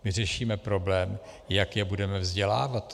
My řešíme problém, jak je budeme vzdělávat.